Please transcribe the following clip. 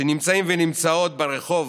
שנמצאים ונמצאות ברחוב